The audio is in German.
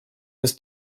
ist